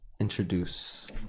introduce